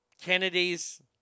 Kennedy's